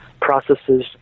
processes